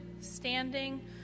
standing